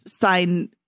sign